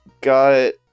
got